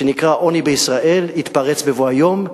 שנקרא עוני בישראל, יתפרץ בבוא היום,